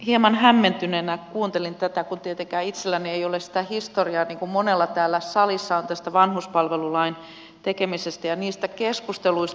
hieman hämmentyneenä kuuntelin tätä kun tietenkään itselläni ei ole sitä historiaa niin kuin monella täällä salissa on tästä vanhuspalvelulain tekemisestä ja niistä keskusteluista